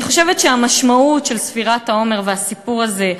אני חושבת שהמשמעות של ספירת העומר והסיפור הזה,